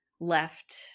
left